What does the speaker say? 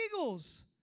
eagles